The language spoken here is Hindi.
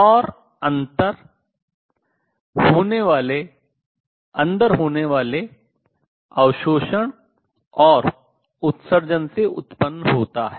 और अंतर अंदर होने वाले अवशोषण और उत्सर्जन से उत्पन्न होता है